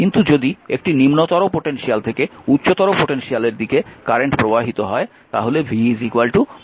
কিন্তু যদি একটি নিম্নতর পোটেনশিয়াল থেকে উচ্চতর পোটেনশিয়ালের দিকে কারেন্ট প্রবাহিত হয় তাহলে v iR হবে